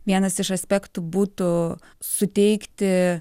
vienas iš aspektų būtų suteikti